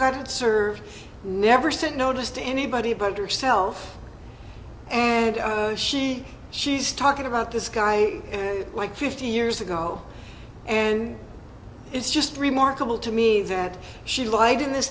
got it served never sent notice to anybody but yourself and she she's talking about this guy like fifty years ago and it's just remarkable to me that she lied in this